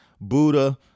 Buddha